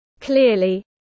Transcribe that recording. Clearly